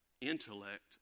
intellect